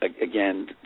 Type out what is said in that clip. again